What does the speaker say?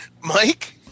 Mike